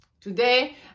today